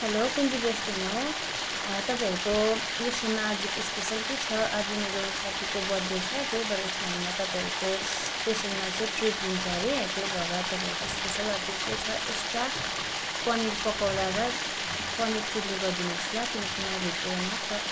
hello Kunju restaurant हो तपाईँहरूको रेस्टुरेन्टमा आजको स्पेसल के छ आज मेरो साथीको बर्थ डे छ त्यही भएर उसले हामलाई तपाईँहरूको रेस्टुरेन्टमा चाहिँ ट्रिट दिन्छ अरे त्यही भएर तपाईँहरूको स्पेसल आज के छ एक्सट्रा पनिर पकौडा र पनिर चिल्ली गरिदिनुहोस् ल किनकि म भेजिटेरियन हो त